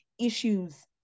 issues